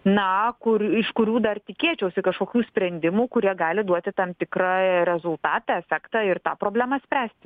na kur iš kurių dar tikėčiausi kažkokių sprendimų kurie gali duoti tam tikrą rezultatą efektą ir tą problemą spręst